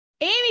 Amy